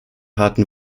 harten